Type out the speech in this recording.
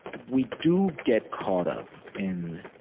we do get caught up in